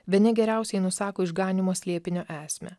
bene geriausiai nusako išganymo slėpinio esmę